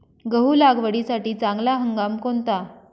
गहू लागवडीसाठी चांगला हंगाम कोणता?